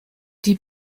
die